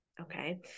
Okay